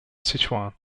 sichuan